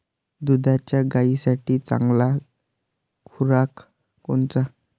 दुधाच्या गायीसाठी चांगला खुराक कोनचा?